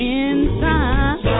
inside